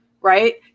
right